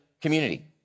community